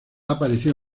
aparecido